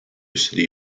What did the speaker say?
city